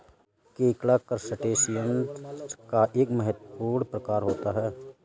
केकड़ा करसटेशिंयस का एक महत्वपूर्ण प्रकार होता है